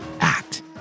Act